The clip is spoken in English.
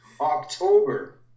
October